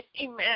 Amen